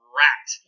rat